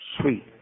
sweet